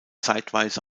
zeitweise